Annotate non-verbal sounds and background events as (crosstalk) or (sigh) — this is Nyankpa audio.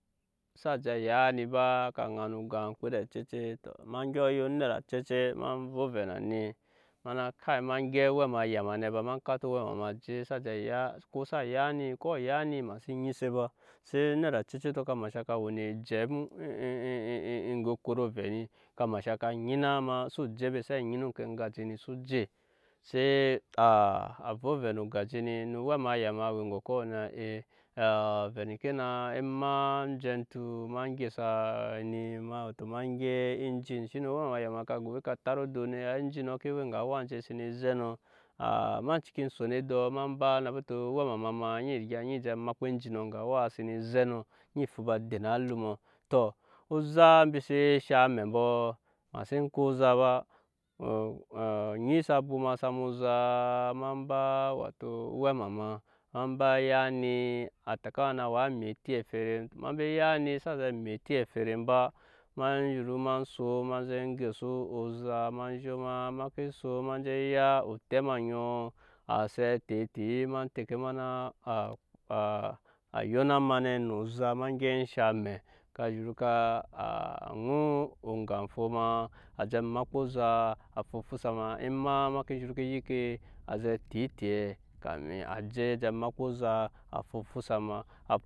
Sa je ya ni ba ka ŋanu gan oŋmkpede ocece ema dyɔ ya onet acece ma vɛ ovɛ na ni ma na kai ema gyɛp owɛma aya ma ne fa ma kante owɛma ma je xsa je ya ko xsa ya ni ko aya ni ma xse nyi se ba se onet acece ka masha we ne ejɛp eŋge ekoro ovɛ ni eŋge ekoro ovɛ ni ka masha nyina ma so je be se a nyina oŋke ga ni so je sai a vɛ ovɛ no gaje ni na owɛma aya ma ka we eŋgɔkɔ na ee a vɛ neke na ema jentu ma gyɛsa ni wato gyɛp engine shi ne owɛma aya ma ka ovɛ tat odo na ai engineɔ we eŋge awa enje senee zɛ nɔ a ma ciki son edɔɔ ma ba na bete owɛma ma maa ni rigaya je makpa enginɔ eŋge awa sene zɛ nɔ eni fu ba den alum tɔ ozaa mbi se shaŋ amɛ mbɔ ema xsen ko oza ba (hesitation) onyi sa bwomasa ma ozaa ma ba wato owɛma ma ema ba ya ni a tɛka ma na waa maa etiɛ eferem ema ba ya ni xsa zɛ maa eti eferem ba ma zhuru ma son ma zɛ gyɛsa oza ma zhoma ma ke son ma je ya otɛ ma oŋɔ a zɛ tete ema tɛke ma na (hesitation) a yona ma nɛ no oza ma gɛp e shaŋ amɛ ka zhuru ka a ŋu oga fo a je makpa oza a fu fusa ma ema ke zhuru yike a zɛ tete kame a je ja makpa ozaa a fusa ma. (unintelligible)